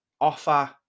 offer